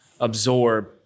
absorb